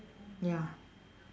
ya